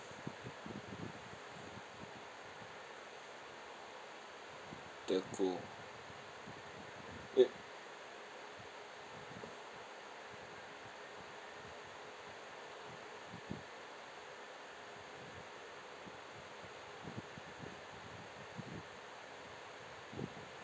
telco eh